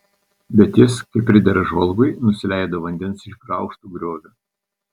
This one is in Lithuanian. bet jis kaip pridera žvalgui nusileido vandens išgraužtu grioviu